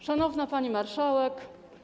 Szanowna Pani Marszałek!